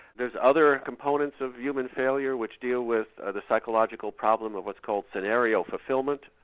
there's other components of human failure which deal with ah the psychological problem of what's called scenario fulfilment.